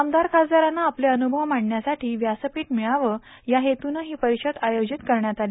आमदार खासदारांना आपले अन्रभव मांडण्यासाठी व्यासपीठ मिळावं या हेतूनं ही परिषद आयोजित करण्यात आली